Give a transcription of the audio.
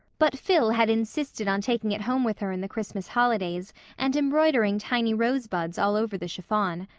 but phil had insisted on taking it home with her in the christmas holidays and embroidering tiny rosebuds all over the chiffon.